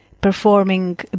performing